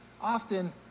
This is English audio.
often